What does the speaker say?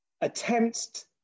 attempts